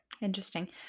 Interesting